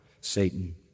Satan